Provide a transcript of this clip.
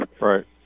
Right